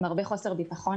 עם הרבה חוסר ביטחון.